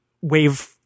wave